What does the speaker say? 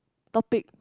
topic